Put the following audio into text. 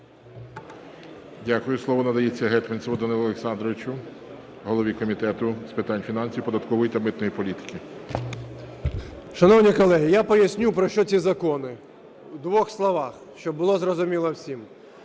Дякую. Слово надається Гетманцеву Данилу Олександровичу, голові Комітету з питань фінансів, податкової та митної політики. 14:27:21 ГЕТМАНЦЕВ Д.О. Шановні колеги, я поясню, про що ці закони в двох словах, щоб було зрозуміло всім.